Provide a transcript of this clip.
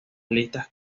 listas